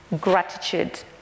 gratitude